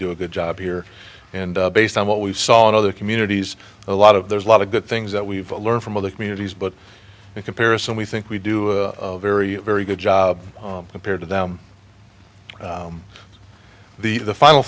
do a good job here and based on what we saw in other communities a lot of there's a lot of good things that we've learned from other communities but the comparison we think we do a very very good job compared to them the final